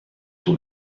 too